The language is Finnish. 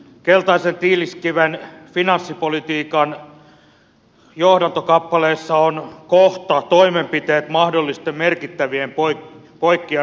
keltaisen tiiliskiven finanssipolitiikan johdantokappaleessa on kohta toimenpiteet mahdollisten merkittävien poikkeamien eliminoimiseksi